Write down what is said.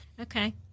Okay